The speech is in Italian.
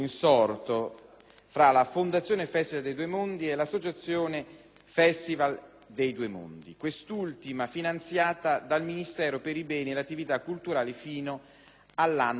tra la Fondazione Festival dei Due Mondi e l'Associazione Festival dei Due Mondi, quest'ultima finanziata dal Ministero per i beni e le attività culturali fino all'anno 2007.